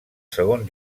segon